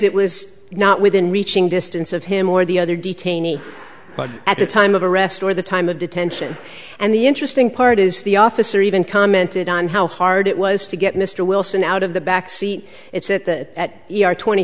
it was not within reaching distance of him or the other detainee at the time of arrest or the time of detention and the interesting part is the officer even commented on how hard it was to get mr wilson out of the back seat it's at the at twenty